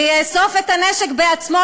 ויאסוף את הנשק בעצמו,